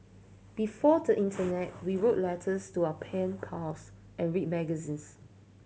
before the internet we wrote letters to our pen pals and read magazines